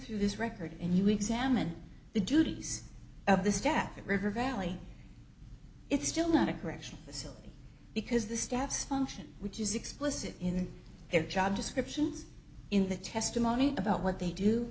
through this record and you examine the duties of the staff at river valley it's still not a correctional facility because the stats function which is explicit in their job descriptions in the testimony about what they do